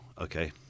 okay